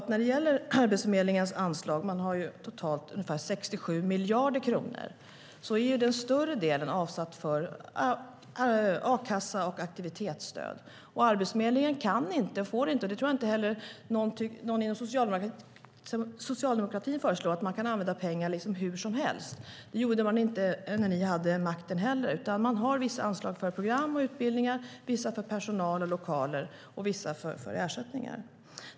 När det gäller Arbetsförmedlingens anslag - man har totalt ungefär 67 miljarder kronor - är den större delen avsatt för a-kassa och aktivitetsstöd. Arbetsförmedlingen kan inte och får inte använda pengar hur som helst - det tror jag inte heller att någon inom socialdemokratin föreslår. Det gjorde man inte när ni hade makten heller. Man har vissa anslag för program och utbildningar, vissa för personal och lokaler och vissa för ersättningar.